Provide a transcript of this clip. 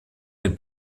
dem